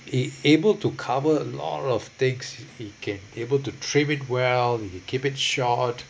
it able to cover a lot of things it can able to trim it well can keep it short